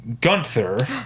Gunther